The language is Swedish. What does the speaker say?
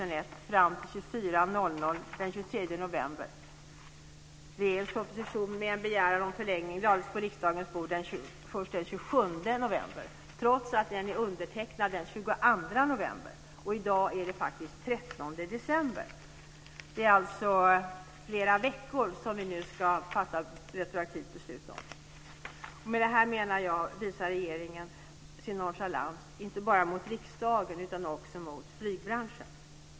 november, trots att den är undertecknad den 22 november. I dag är det den 13 december. Det är alltså flera veckor som vi nu ska fatta retroaktivt beslut om. Jag menar att regeringen med det här visar nonchalans inte bara mot riksdagen utan också mot flygbranschen.